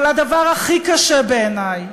אבל הדבר הכי קשה בעיני הוא